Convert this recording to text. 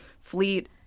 fleet